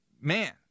man